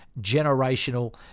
generational